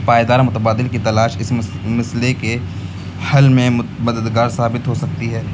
پائیدار متبادل کی تلاش اس مسئلے کے حل میں مددگار ثابت ہو سکتی ہے